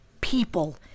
people